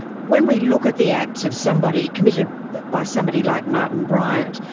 when we look at the acts of somebody, committed by somebody like martin bryant,